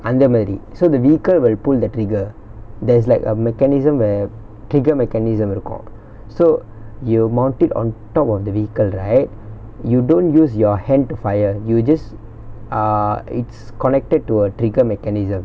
அந்தமாரி:anthamaari so the vehicle will pull the trigger there's like a mechanism where trigger mechanism it will cock so you mount it on top of the vehicle right you don't use your hand to fire you just uh it's connected to a trigger mechanism